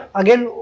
again